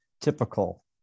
typical